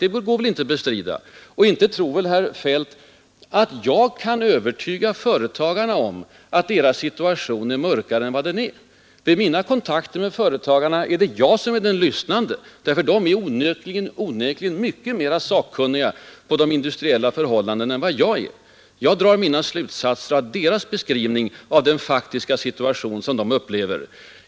Det går inte heller att bestrida Inte tror väl herr Feldt att jag försöker övertyga företagarna om att deras situation är mörkare än vad den är. Vid mina kontakter med företagarna är det jag som är den lyssnande. De är onekligen mycket mera sakkunniga beträffande sina egna förhållandena än vad jag är. Jag drar mina slutsatser av deras egen beskrivning av den situationen som de upplever.